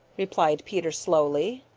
replied peter slowly.